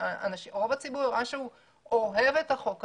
רוב הציבור הראה שהוא אוהב את החוק הזה,